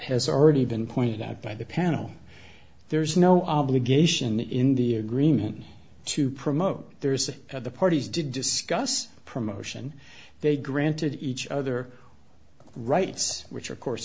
has already been pointed out by the panel there's no obligation in the agreement to promote there's a at the parties did discuss promotion they granted each other rights which of course